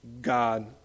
God